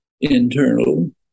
internal